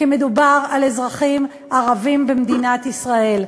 כי מדובר על אזרחים ערבים במדינת ישראל.